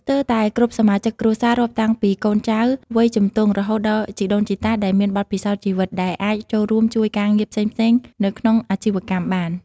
ស្ទើរតែគ្រប់សមាជិកគ្រួសារ រាប់តាំងពីកូនចៅវ័យជំទង់ រហូតដល់ជីដូនជីតាដែលមានបទពិសោធន៍ជីវិត ដែលអាចចូលរួមជួយការងារផ្សេងៗនៅក្នុងអាជីវកម្មបាន។